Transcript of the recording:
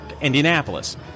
Indianapolis